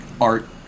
art